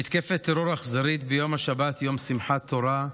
במתקפת טרור אכזרית ביום השבת, יום שמחת תורה,